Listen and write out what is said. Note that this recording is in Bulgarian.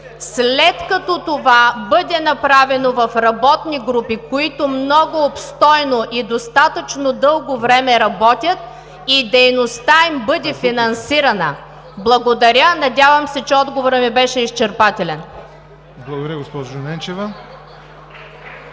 след като това бъде направено в работни групи, които много обстойно и достатъчно дълго време работят, и дейността им бъде финансирана. Надявам се, че отговорът ми беше изчерпателен. Благодаря.